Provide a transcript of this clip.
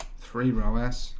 three row s